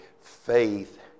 faith